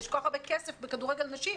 הרי יש כל כך הרבה כסף בכדורגל נשים,